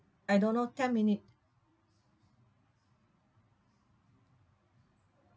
I don't know ten minute